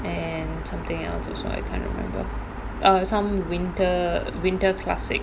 and something else also I can't remember some winter winter classic